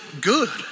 good